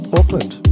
Auckland